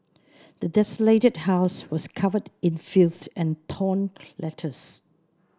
the desolated house was covered in filth and torn letters